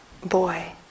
boy